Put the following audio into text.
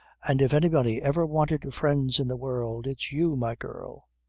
and if anybody ever wanted friends in the world it's you, my girl.